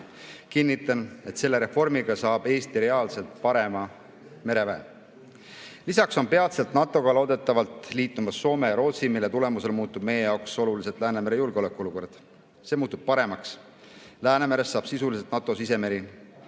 Kinnitan, et selle reformiga saab Eesti reaalselt parema mereväe. Lisaks on peatselt NATO-ga loodetavalt liitumas Soome ja Rootsi. Selle tulemusel muutub meie jaoks oluliselt Läänemere julgeoleku olukord – see muutub paremaks. Läänemerest saab sisuliselt NATO sisemeri.